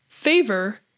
favor